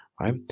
right